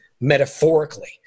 metaphorically